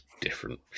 different